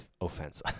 offense